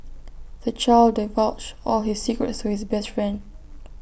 the child divulged all his secrets to his best friend